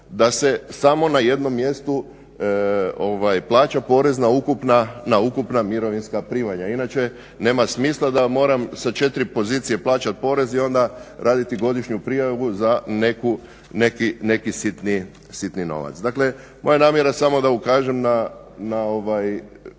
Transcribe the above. da se samo na jednom mjestu plaća na porez na ukupna mirovinska primanja. Inače nema smisla da moram sa 4 pozicije plaćati porez i onda raditi godišnju prijavu za neki sitni novac. Dakle, moja je namjera samo da ukažem na